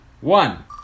one